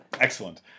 Excellent